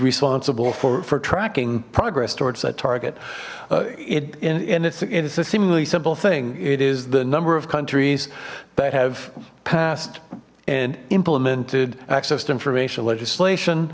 responsible for tracking progress towards that target it and it's a seemingly simple thing it is the number of countries that have passed and implemented access to information legislation